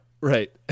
Right